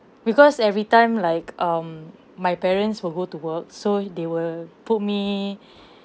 because every time like um my parents will go to work so they will put me